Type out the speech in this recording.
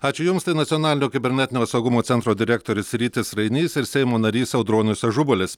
ačiū jums tai nacionalinio kibernetinio saugumo centro direktorius rytis rainys ir seimo narys audronius ažubalis